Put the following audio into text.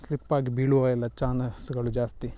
ಸ್ಲಿಪ್ಪಾಗಿ ಬೀಳುವ ಎಲ್ಲ ಚಾನಸ್ಗಳು ಜಾಸ್ತಿ